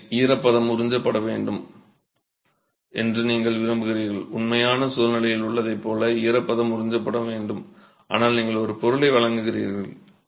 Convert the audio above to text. இல்லை ஈரப்பதம் உறிஞ்சப்பட வேண்டும் என்று நீங்கள் விரும்புகிறீர்கள் உண்மையான சூழ்நிலையில் உள்ளதைப் போல ஈரப்பதம் உறிஞ்சப்பட வேண்டும் ஆனால் நீங்கள் ஒரு பொருளை வழங்குகிறீர்கள்